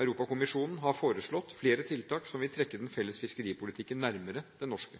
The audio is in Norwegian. Europakommisjonen har foreslått flere tiltak som vil trekke den felles fiskeripolitikken nærmere den norske.